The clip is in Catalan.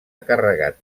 carregat